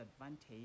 advantage